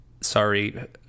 Sorry